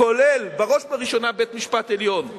כולל בראש ובראשונה בית-משפט עליון,